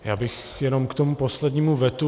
Já bych jenom k tomu poslednímu vetu.